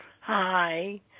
Hi